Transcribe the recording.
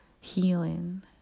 healing